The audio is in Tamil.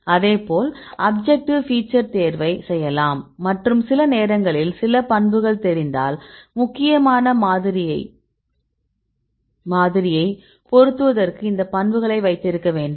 அதேபோல் அப்ஜெக்ட்டிவ் ஃபீச்சர் தேர்வைச் செய்யலாம் மற்றும் சில நேரங்களில் சில பண்புகள் தெரிந்தால் முக்கியமான மாதிரியைப் பொருத்துவதற்கு இந்த பண்புகளை வைத்திருக்க வேண்டும்